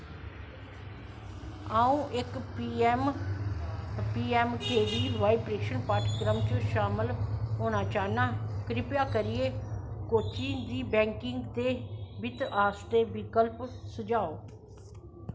आऊं इक P M K V Y प्रशिक्षण पाठ्यक्रम च शामल होना चाह्न्नां कृपा करियै कोच्चिंग च बैंकिंग ते वित्त आस्तै विकल्प सुझाओ